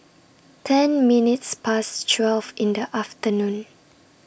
ten minutes Past twelve in The afternoon